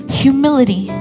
humility